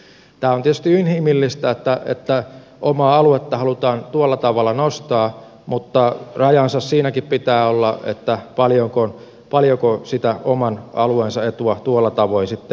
tämä on tietysti inhimillistä että omaa aluetta halutaan tuolla tavalla nostaa mutta rajansa siinäkin pitää olla paljonko sitä oman alueensa etua tuolla tavoin ajaa